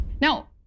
Now